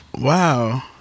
Wow